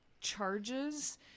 charges